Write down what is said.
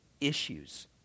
issues